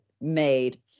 made